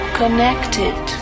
connected